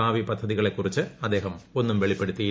ഭാവി പദ്ധതികളെക്കുറിച്ച് അദ്ദേഹം ഒന്നും വെളിപ്പെടുത്തിയില്ല